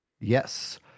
Yes